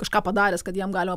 kažką padaręs kad jam galima